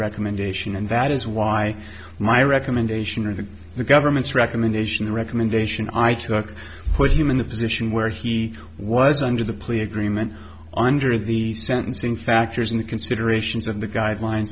recommendation and that is why my recommendation to the government's recommendation the recommendation i took put him in the position where he was under the plea agreement under the sentencing factors in the considerations of the guidelines